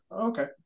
Okay